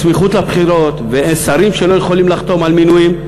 הסמיכות לבחירות ואי-יכולתם של שרים לחתום על מינויים.